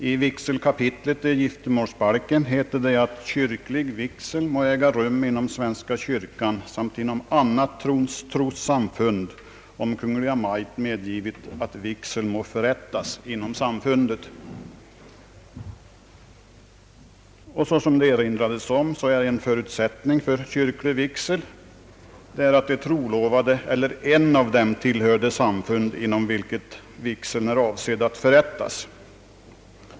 I vigselkapitlet i giftermålsbalken heter det: »Kyrklig vigsel må äga rum inom svenska kyrkan ——— och inom annat trossamfund, om Konungen medgivit att vigsel må förrättas inom samfundet ———.» Såsom det tidigare erinrats om är en förutsättning för kyrklig vigsel att de trolovade eller en av dem tillhör det samfund, inom vilket vigseln är avsedd att förrättas.